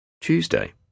Tuesday